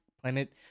planet